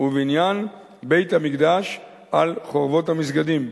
ובניין בית-המקדש על חורבות המסגדים".